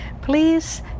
Please